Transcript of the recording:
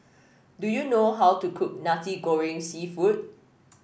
do you know how to cook Nasi Goreng seafood